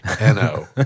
No